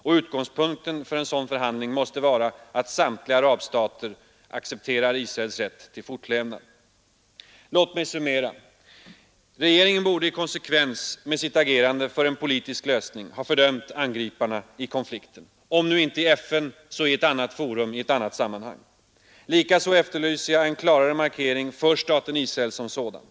Och utgångspunkten för en sådan förhandling måste vara att samtliga arabstater accepterar Israels rätt till fortlevnad. Låt mig summera. Regeringen borde i konsekvens med sitt agerande för en politisk lösning ha fördömt angriparna i konflikten — om nu inte i FN så inför ett annat forum i ett annat sammanhang. Likaså efterlyser jag en klarare markering för staten Israel som sådan.